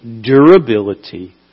durability